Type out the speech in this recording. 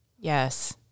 Yes